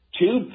two